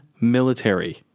military